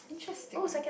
interesting